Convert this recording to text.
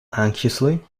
anxiously